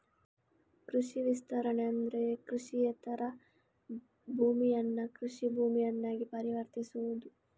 ಕೃಷಿ ವಿಸ್ತರಣೆ ಅಂದ್ರೆ ಕೃಷಿಯೇತರ ಭೂಮಿಯನ್ನ ಕೃಷಿ ಭೂಮಿಯನ್ನಾಗಿ ಪರಿವರ್ತಿಸುವುದು